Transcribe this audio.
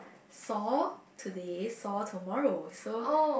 sore today soar tomorrow so